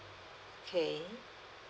okay